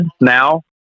now